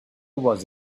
was